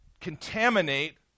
contaminate